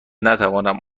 نتوانم